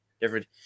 different